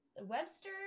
webster